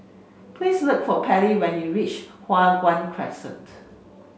please look for Patty when you reach Hua Guan Crescent